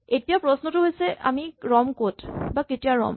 এতিয়া প্ৰশ্ন হৈছে আমি কেতিয়া ৰ'ম